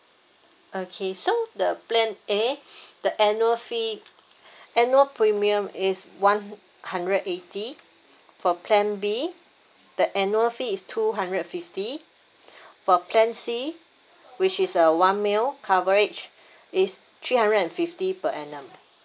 okay so the plan A the annual fee annual premium is one hundred eighty for plan B the annual fee is two hundred fifty for plan C which is uh one mil coverage is three hundred and fifty per annum